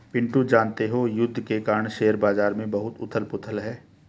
पिंटू जानते हो युद्ध के कारण शेयर बाजार में बहुत उथल पुथल है